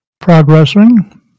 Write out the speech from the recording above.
progressing